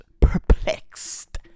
Perplexed